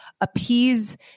appease